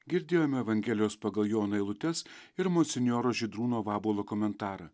girdėjome evangelijos pagal joną eilutes ir monsinjoro žydrūno vabalo komentarą